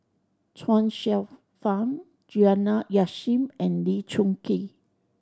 Chuang Hsueh Fang Juliana Yasin and Lee Choon Kee